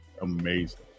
amazing